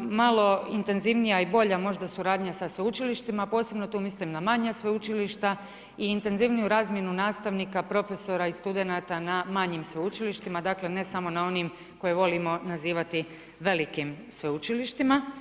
malo intenzivnija i bolja možda suradnja sa sveučilištima, posebno tu mislim na manja sveučilišta i intenzivniju razmjenu nastavnika, profesora i studenata na manjim sveučilištima, dakle ne samo na onim koje volimo nazivati velikim sveučilištima.